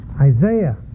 Isaiah